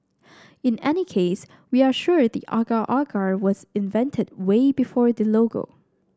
in any case we are sure the agar agar was invented way before the logo